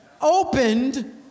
opened